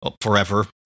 forever